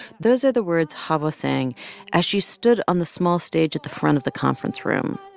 those are the words xawa sang as she stood on the small stage at the front of the conference room.